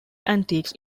antiques